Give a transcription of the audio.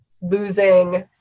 losing